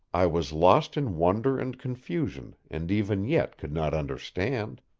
i was lost in wonder and confusion, and even yet could not understand.